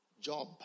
job